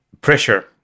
pressure